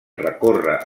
recórrer